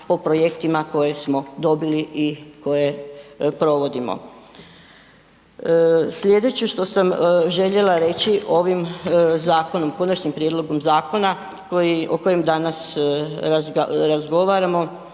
po projektima koje smo dobili i koje provodimo. Slijedeće što sam željela reći, ovim zakonom, konačnim prijedlogom zakona koji, o kojem danas razgovaramo